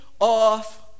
off